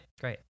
great